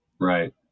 Right